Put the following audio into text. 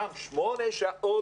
שמונה שעות